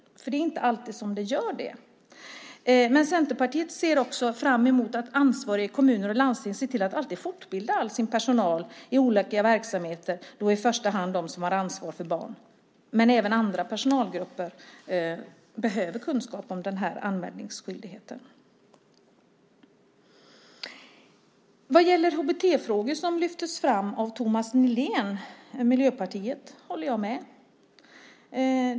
Det är inte alltid det gör det. Centerpartiet ser också fram emot att ansvariga i kommuner och landsting alltid ser till att fortbilda all sin personal i olika verksamheter - i första hand dem som har ansvar för barn. Men även andra personalgrupper behöver kunskap om anmälningsskyldigheten. Vad gäller HBT-frågor håller jag med Thomas Nihlén från Miljöpartiet, som lyfte fram detta.